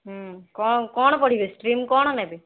କ'ଣ କ'ଣ ପଢ଼ିବେ ଷ୍ଟ୍ରିମ୍ କ'ଣ ନେବେ